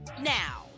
now